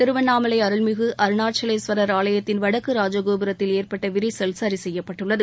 திருவண்ணாமலை அருள்மிகு அருணாச்சலேஸ்வர் ஆலயத்தின் வடக்கு ராஜகோபுரத்தில் ஏற்பட்ட விரிசல் சரிசெய்யப்பட்டுள்ளது